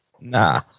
nah